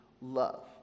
love